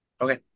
Okay